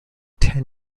ten